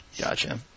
Gotcha